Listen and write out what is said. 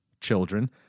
Children